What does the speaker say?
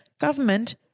government